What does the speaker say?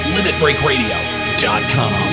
Limitbreakradio.com